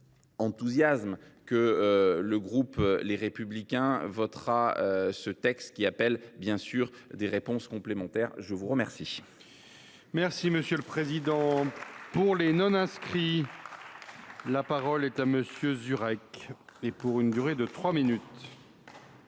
enthousiasme que le groupe Les Républicains votera ce texte, qui appelle bien sûr des réponses complémentaires. La parole